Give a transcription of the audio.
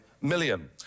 million